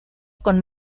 con